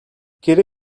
geri